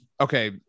okay